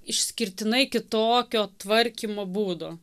išskirtinai kitokio tvarkymo būdo